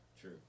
true